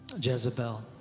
Jezebel